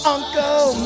Uncle